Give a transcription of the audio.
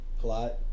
plot